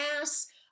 ass